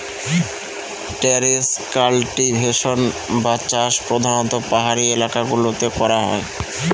terrace cultivation বা চাষ প্রধানত পাহাড়ি এলাকা গুলোতে করা হয়